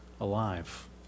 alive